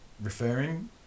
referring